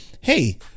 hey